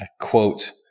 quote